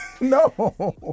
No